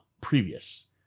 previous